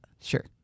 Sure